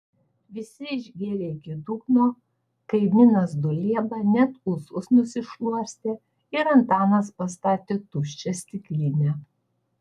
visi išgėrė iki dugno kaimynas dulieba net ūsus nusišluostė ir antanas pastatė tuščią stiklinę